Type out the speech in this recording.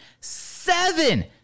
seven